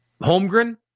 Holmgren